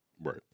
Right